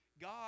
god